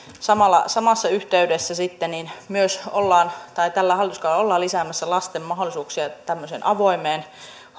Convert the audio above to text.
samassa yhteydessä sitten myös tällä hallituskaudella ollaan lisäämässä lasten mahdollisuuksia tämmöiseen avoimeen